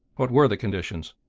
what were the conditions?